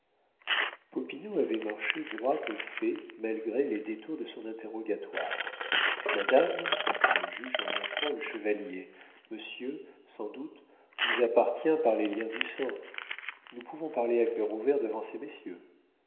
popinot avait marché droit au fait malgré les détours de son interrogatoire madame dit le juge en montrant le chevalier monsieur sans doute vous appartient par les liens du sang nous pouvons parler à cœur ouvert devant ces messieurs